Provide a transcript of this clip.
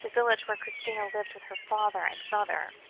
the village where christina lived with her father and mother.